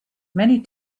many